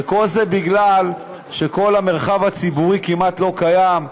וכל זה בגלל שכל המרחב הציבורי כמעט לא קיים.